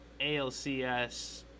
ALCS